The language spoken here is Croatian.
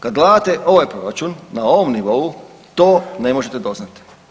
Kada gledate ovaj proračun na ovom nivou to ne možete doznati.